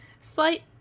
slight